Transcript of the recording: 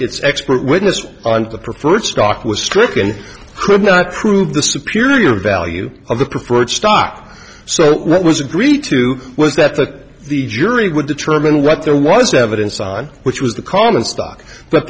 it's expert witness and the preferred stock was stricken could not prove the superior value of the preferred stock so what was agreed to was that that the jury would determine what there was evidence on which was the common stock but